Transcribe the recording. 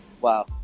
Wow